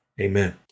Amen